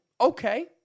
okay